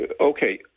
okay